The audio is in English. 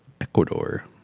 Ecuador